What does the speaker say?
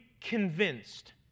convinced